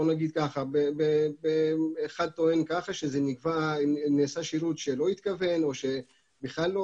אחד טוען שנעשה שירות שלא התכוון או שבכלל לא